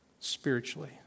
Spiritually